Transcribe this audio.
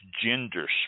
gender